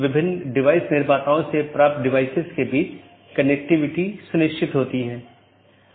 इन मार्गों को अन्य AS में BGP साथियों के लिए विज्ञापित किया गया है